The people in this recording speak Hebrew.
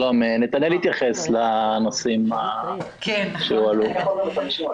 נתנאל יתייחס לנושאים שהועלו כאן.